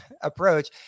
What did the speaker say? approach